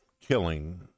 killing